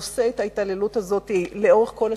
נושא את ההתעללות הזאת לאורך כל השנים?